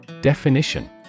Definition